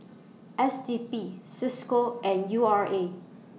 S D P CISCO and U R A